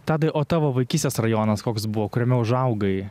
tadai o tavo vaikystės rajonas koks buvo kuriame užaugai